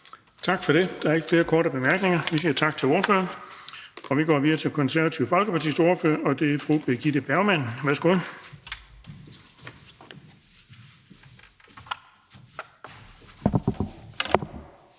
Tak for det. Der er ikke flere korte bemærkninger. Vi siger tak til ordføreren. Og vi går videre til Konservative Folkepartis ordfører, og det er fru Birgitte Bergman. Værsgo.